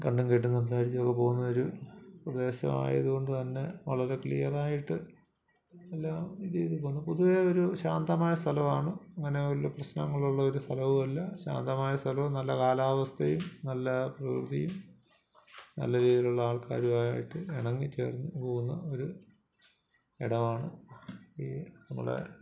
കണ്ടും കേട്ടും സംസാരിച്ചും ഒക്കെ പോകുന്നൊരു പ്രദേശമായതുകൊണ്ട് തന്നെ വളരെ ക്ലിയറായിട്ട് എല്ലാ രീതിയ്ക്ക് അങ്ങ് പൊതുവേ ഒരു ശാന്തമായ സ്ഥലമാണ് അങ്ങനെ വലിയ പ്രശ്നങ്ങളുള്ള സ്ഥലവുമല്ല ശാന്തമായ സ്ഥലവും നല്ല കാലാവസ്ഥയും നല്ല പ്രകൃതിയും നല്ല രീതിയിലുള്ള ആൾക്കാരുമായിട്ട് ഇണങ്ങി ചേർന്ന് പോകുന്ന ഒരു ഇടമാണ് ഈ നമ്മുടെ